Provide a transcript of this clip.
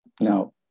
Now